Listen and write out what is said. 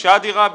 שאדי ראבי.